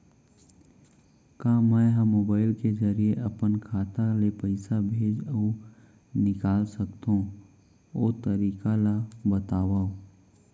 का मै ह मोबाइल के जरिए अपन खाता ले पइसा भेज अऊ निकाल सकथों, ओ तरीका ला बतावव?